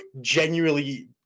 genuinely